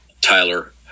Tyler